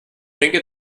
denke